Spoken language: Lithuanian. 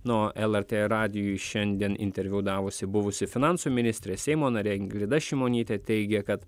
nu lrt radijui šiandien interviu davusi buvusi finansų ministrė seimo narė ingrida šimonytė teigė kad